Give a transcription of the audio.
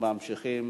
התשע"ב